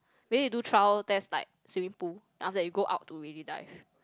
maybe you do trial test like swimming pool then after that you go out to really dive